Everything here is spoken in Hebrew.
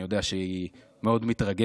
אני יודע שהיא מאוד מתרגשת,